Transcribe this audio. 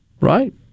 right